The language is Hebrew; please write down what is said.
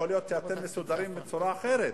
יכול להיות שאתם מסודרים בצורה אחרת